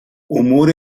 امور